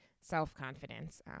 self-confidence